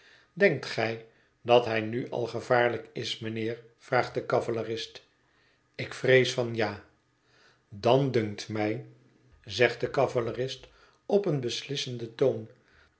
denkt gij dat hij nu al gevaarlijk is mijnheer vraagt de cavalerist ik vrees van ja dan dunkt mij zegt de cavalerist op een beslissenden toon